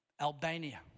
Albania